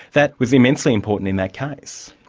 that was immensely important in that case.